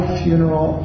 funeral